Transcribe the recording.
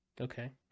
Okay